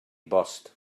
bost